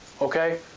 okay